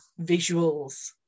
visuals